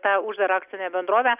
tą uždarą akcinę bendrovę